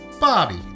Bobby